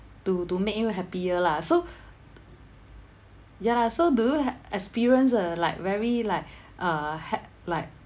to to make you happier lah so ya lah so do ha~ experience uh like very like uh ha~ like